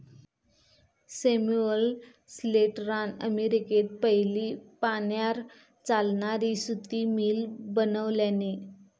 Samuel स्लेटरान अमेरिकेत पयली पाण्यार चालणारी सुती मिल बनवल्यानी